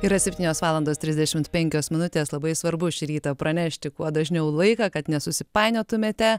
yra septynios valandos trisdešimt penkios minutės labai svarbu šį rytą pranešti kuo dažniau laiką kad nesusipainiotumėte